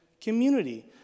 community